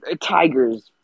Tigers